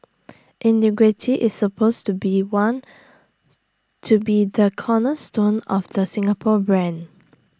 integrity is supposed to be one to be the cornerstone of the Singapore brand